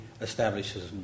establishes